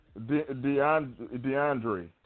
DeAndre